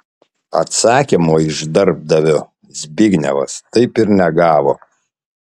atsakymo iš darbdavio zbignevas taip ir negavo